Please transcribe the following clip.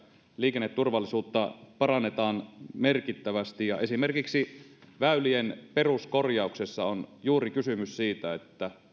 liikenneturvallisuutta parannetaan merkittävästi ja esimerkiksi väylien peruskorjauksessa on juuri kysymys siitä että me